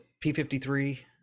P53